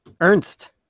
Ernst